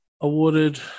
awarded